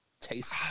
taste